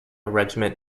regiment